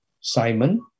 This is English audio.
Simon